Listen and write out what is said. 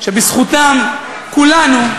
שבזכותם כולנו,